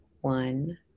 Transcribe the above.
one